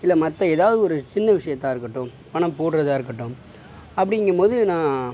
இல்லை மற்ற எதாவது ஒரு சின்ன விஷயத்தா இருக்கட்டும் பணம் போடுகிறதா இருக்கட்டும் அப்டிங்கும் போது நான்